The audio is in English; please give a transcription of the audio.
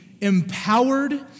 empowered